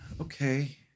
Okay